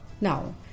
now